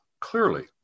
clearly